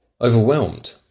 Overwhelmed